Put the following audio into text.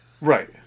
Right